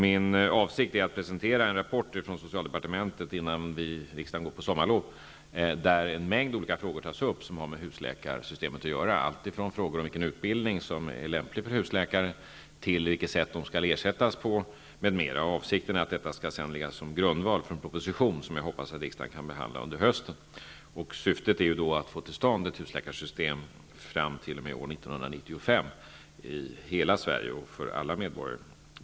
Min avsikt är att presentera en rapport från socialdepartementet innan riksdagen går på sommarlov där en mängd olika frågor tas upp som har med husläkarsystemet att göra -- alltifrån frågor om vilken utbildning som är lämplig för husläkare till frågor om vilket sätt de skall ersättas på. Avsikten är att detta skall ligga som grundval för en proposition som jag hoppas att riksdagen kan behandla under hösten. Syftet är att få till stånd ett husläkarsystem fram till år 1995 i hela Sverige och för alla medborgare.